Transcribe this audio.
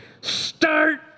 start